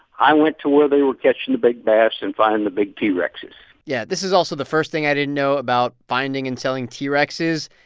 i went to where they were catching the big bass and finding the big t. rexes yeah. this is also the first thing i didn't know about finding and selling t. rexes.